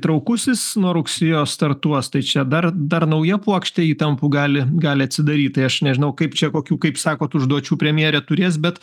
traukusis nuo rugsėjo startuos tai čia dar dar nauja puokštė įtampų gali gali atsidaryt tai aš nežinau kaip čia kokių kaip sakot užduočių premjerė turės bet